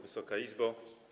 Wysoka Izbo!